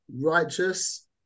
Righteous